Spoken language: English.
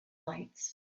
lights